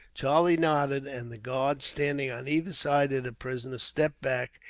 charlie nodded, and the guard standing on either side of the prisoner stepped back,